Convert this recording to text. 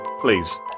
please